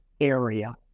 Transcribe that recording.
area